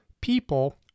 people